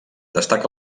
destaca